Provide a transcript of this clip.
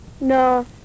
No